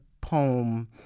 poem